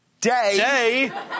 day